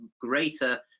greater